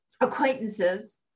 acquaintances